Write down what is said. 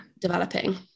developing